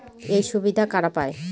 এই সুবিধা কারা পায়?